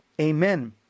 Amen